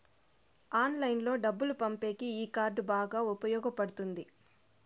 ఆన్లైన్లో డబ్బులు పంపేకి ఈ కార్డ్ బాగా ఉపయోగపడుతుంది